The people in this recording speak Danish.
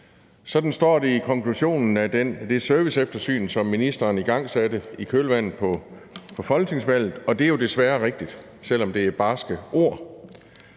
Sådan står der i konklusionen på det serviceeftersyn, som ministeren igangsatte i kølvandet på folketingsvalget, og det er jo desværre rigtigt, selv om det er barske ord.